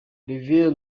olivier